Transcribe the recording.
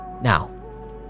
Now